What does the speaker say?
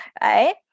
right